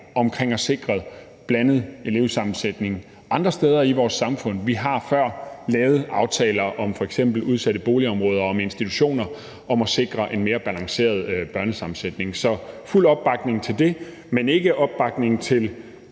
om at sikre en blandet elevsammensætning andre steder i vores samfund. Vi har før lavet aftaler om f.eks. udsatte boligområder, om institutioner og om at sikre en mere balanceret børnesammensætning. Så fuld opbakning til det. Men ikke opbakning til